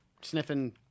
Sniffing